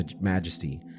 majesty